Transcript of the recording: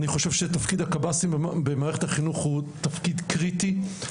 אני חושב שתפקיד הקב"סים במערכת החינוך הוא תפקיד קריטי.